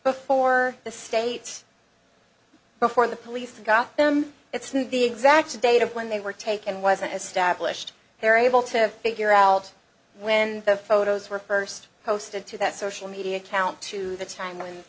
before the state before the police got them it's not the exact date of when they were taken wasn't established they're able to figure out when the photos were first posted to that social media account to the time when